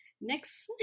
next